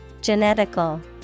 Genetical